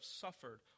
suffered